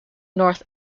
north